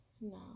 No